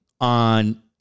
on